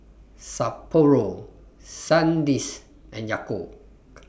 Sapporo Sandisk and Yakult